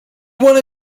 wanna